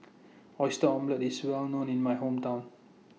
Oyster Omelette IS Well known in My Hometown